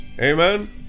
amen